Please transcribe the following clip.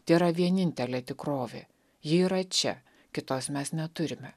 tėra vienintelė tikrovė ji yra čia kitos mes neturime